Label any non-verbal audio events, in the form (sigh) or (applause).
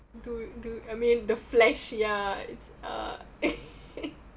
do do I mean the flesh ya it's uh (laughs)